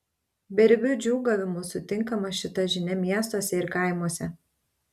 beribiu džiūgavimu sutinkama šita žinia miestuose ir kaimuose